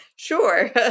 Sure